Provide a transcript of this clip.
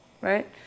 right